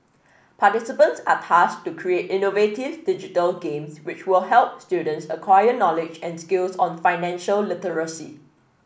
participants are tasked to create innovative digital games which will help students acquire knowledge and skills on financial literacy